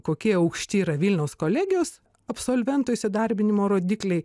kokie aukšti yra vilniaus kolegijos absolventų įsidarbinimo rodikliai